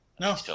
No